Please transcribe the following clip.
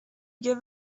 give